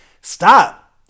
Stop